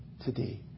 today